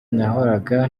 nahoraga